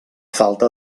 falta